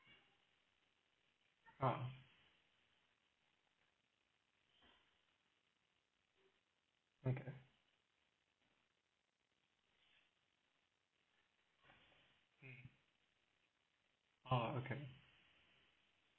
uh okay mmhmm oh okay